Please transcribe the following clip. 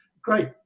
great